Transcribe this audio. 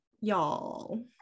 y'all